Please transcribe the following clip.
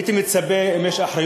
הייתי מצפה, אם יש אחריות